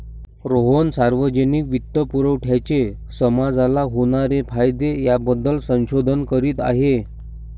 रोहन सार्वजनिक वित्तपुरवठ्याचे समाजाला होणारे फायदे याबद्दल संशोधन करीत आहे